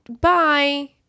bye